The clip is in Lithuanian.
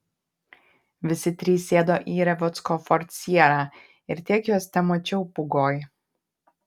visi trys sėdo į revucko ford sierra ir tiek juos temačiau pūgoj